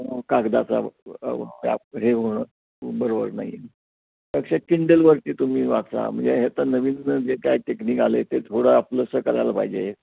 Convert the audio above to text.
कागदाचा त्या हे होणं परवडत नाही त्यापेक्षा किंडलवरती तुम्ही वाचा म्हणजे हे आता नवीन जे काय टेक्निक आले ते थोडं आपलंसं करायला पाहिजे